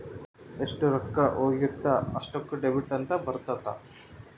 ಎಷ್ಟ ರೊಕ್ಕ ಹೋಗಿರುತ್ತ ಅಷ್ಟೂಕ ಡೆಬಿಟ್ ಅಂತ ಬರುತ್ತ